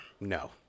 No